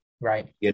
Right